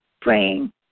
praying